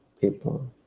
people